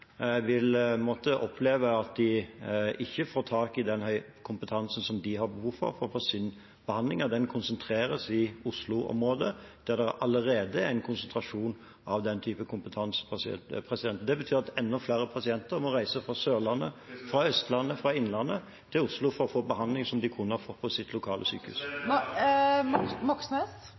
vil måtte oppleve at en ikke får tak i den kompetansen som det er behov for, for at de skal få sin behandling. Den konsentreres i Oslo-området, der det allerede er en konsentrasjon av den typen kompetanse. Det betyr at enda flere pasienter må reise fra Sørlandet, fra Østlandet, fra Innlandet til Oslo for å få behandling som de kunne ha fått på sitt lokalsykehus. Bjørnar Moxnes